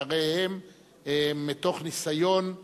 שהרי הם מתוך ניסיון,